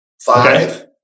five